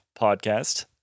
podcast